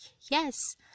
yes